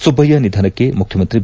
ಸುಬ್ಬಯ್ಯ ನಿಧನಕ್ಕೆ ಮುಖ್ಯಮಂತ್ರಿ ಬಿ